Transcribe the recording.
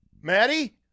Maddie